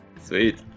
Sweet